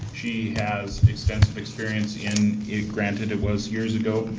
she has extensive experience in granted it was years ago,